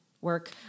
work